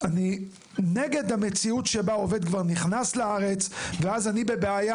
אני נגד המציאות שבה עובד כבר נכנס לארץ ואז אני בבעיה,